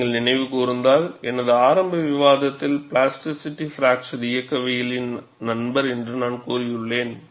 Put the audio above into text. நீங்கள் நினைவு கூர்ந்தால் எனது ஆரம்ப விவாதத்தில் பிளாஸ்டிசிட்டி பிராக்சர் இயக்கவியலின் நண்பர் என்று நான் கூறியுள்ளேன்